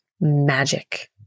magic